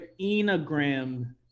Enneagram